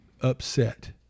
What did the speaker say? upset